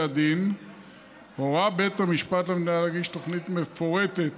הדין הורה בית המשפט למדינה להגיש תוכנית מפורטת